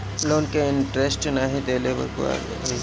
Loan के interest नाही देहले पर का होई?